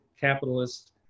capitalist